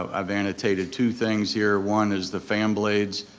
um i've annotated two things here, one is the fan blades,